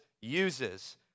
uses